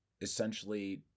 essentially